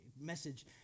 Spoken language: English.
message